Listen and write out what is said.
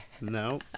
No